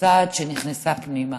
הסעד שנכנסה פנימה.